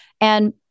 and-